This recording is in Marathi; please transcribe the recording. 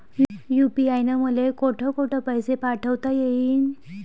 यू.पी.आय न मले कोठ कोठ पैसे पाठवता येईन?